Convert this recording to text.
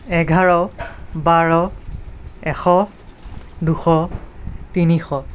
এঘাৰ বাৰ এশ দুশ তিনিশ